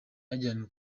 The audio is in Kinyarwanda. yajyanywe